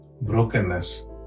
Brokenness